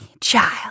child